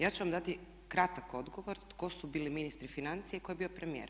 Ja ću vam dati kratak odgovor tko su bili ministri financija i tko je bio premijer.